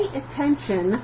attention